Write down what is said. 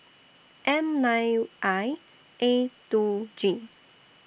M nine I A two G